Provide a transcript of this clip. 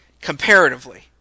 comparatively